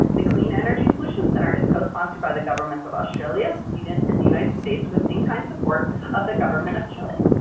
the clean energy solutions center is co-sponsored by the governments of australia, sweden, and the united states, with in-kind support of the government of chile.